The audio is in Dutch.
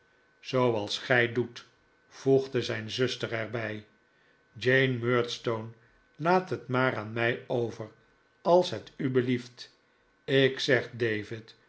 zooals gij doet voegde zijn zuster er bij jane murdstone laat het maar aan mij over als het u belieft ik zeg david